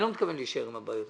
אני לא מתכוון להישאר עם הבעיות.